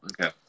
okay